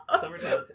Summertime